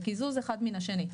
בקיזוז אחד מן השני,